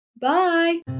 bye